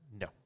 No